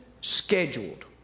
scheduled